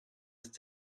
ist